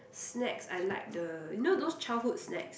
snacks I like the you know those childhood snacks